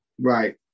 Right